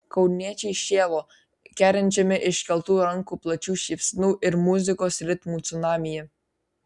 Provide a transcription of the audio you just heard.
kauniečiai šėlo kerinčiame iškeltų rankų plačių šypsenų ir muzikos ritmų cunamyje